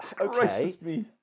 okay